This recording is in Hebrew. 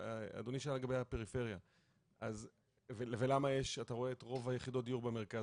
אדוני שאל לגבי הפריפריה ולמה אתה רואה את רוב יחידות הדיור במרכז?